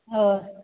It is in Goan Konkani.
हय